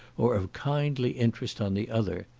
or of kindly interest on the other.